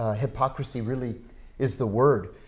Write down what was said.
ah hypocrisy really is the word.